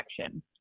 action